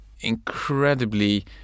incredibly